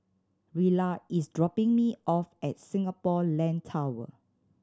Rilla is dropping me off at Singapore Land Tower